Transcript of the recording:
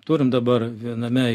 turim dabar viename